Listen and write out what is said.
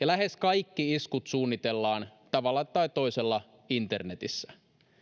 lähes kaikki iskut suunnitellaan tavalla tai toisella internetissä